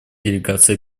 делегация